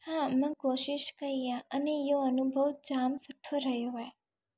हा मां कोशिशि कई आहे अने इयो अनुभव जाम सुठो रहियो आहे